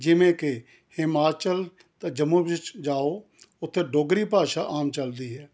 ਜਿਵੇਂ ਕਿ ਹਿਮਾਚਲ ਅਤੇ ਜੰਮੂ ਵਿੱਚ ਜਾਓ ਉੱਥੇ ਡੋਗਰੀ ਭਾਸ਼ਾ ਆਮ ਚੱਲਦੀ ਹੈ